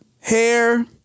hair